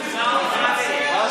יצא לך שם.